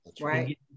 right